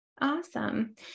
Awesome